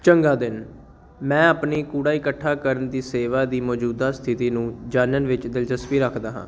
ਚੰਗਾ ਦਿਨ ਮੈਂ ਆਪਣੀ ਕੂੜਾ ਇਕੱਠਾ ਕਰਨ ਦੀ ਸੇਵਾ ਦੀ ਮੌਜੂਦਾ ਸਥਿਤੀ ਨੂੰ ਜਾਣਨ ਵਿੱਚ ਦਿਲਚਸਪੀ ਰੱਖਦਾ ਹਾਂ